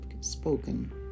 spoken